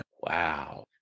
Wow